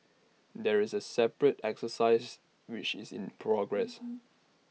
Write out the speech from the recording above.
there is A separate exercise which is in progress